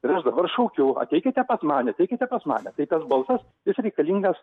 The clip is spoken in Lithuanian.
ir aš dabar šaukiu ateikite pas mane ateikite pas mane tai tas balsas jis reikalingas